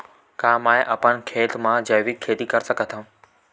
का मैं अपन खेत म जैविक खेती कर सकत हंव?